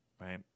Right